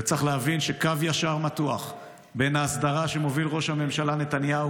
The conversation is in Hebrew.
וצריך להבין שקו ישר מתוח בין ההסדרה שמוביל ראש הממשלה נתניהו